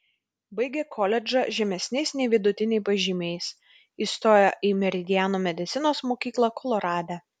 baigė koledžą žemesniais nei vidutiniai pažymiais įstojo į meridiano medicinos mokyklą kolorade